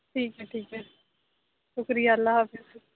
ٹھیک ہے ٹھیک ہے شُکریہ اللہ حافظ